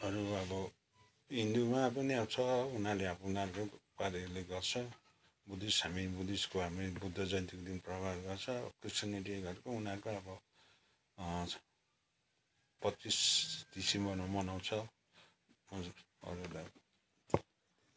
अरू अब हिन्दूमा पनि अब छ उनीहरूले अब उनीहरूकै तरिकाले गर्छ बुद्धिस्ट हामी बुद्धिस्टको हामी बुद्ध जयन्तीको दिन प्रवाद गर्छ क्रिस्चियनिटीहरूको उनीहरूको अब पच्चिस दिसम्बरमा मनाउँछ